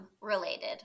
related